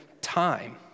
time